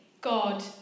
God